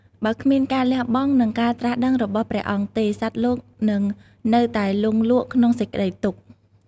បើគ្មានការលះបង់ និងការត្រាស់ដឹងរបស់ព្រះអង្គទេ សត្វលោកនឹងនៅតែលង់លក់ក្នុងសេចក្តីទុក្ខ។